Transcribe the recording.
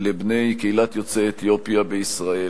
לבני קהילת יוצאי אתיופיה בישראל.